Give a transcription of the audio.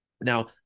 Now